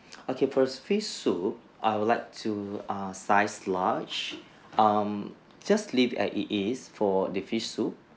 okay for the fish soup I would like to err size large um just leave as it is for the fish soup